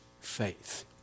faith